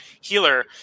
healer